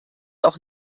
auch